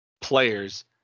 players